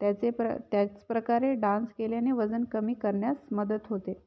त्याचे प्र त्याचप्रकारे डान्स केल्याने वजन कमी करण्यास मदत होते